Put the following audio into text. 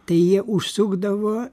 tai jie užsukdavo